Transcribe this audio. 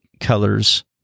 colors